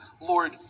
Lord